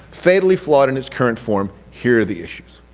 fatally flawed in its current form here are the issues.